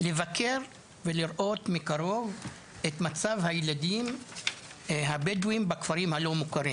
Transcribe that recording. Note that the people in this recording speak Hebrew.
לבקר ולראות מקרוב את מצב הילדים הבדואים בכפרים הלא מוכרים.